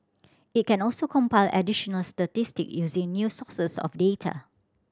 it can also compile additional statistic using new sources of data